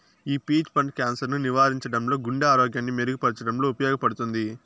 ఈ పీచ్ పండు క్యాన్సర్ ను నివారించడంలో, గుండె ఆరోగ్యాన్ని మెరుగు పరచడంలో ఉపయోగపడుతుంది